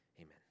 amen